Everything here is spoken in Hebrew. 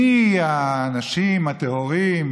מי האנשים הטהורים,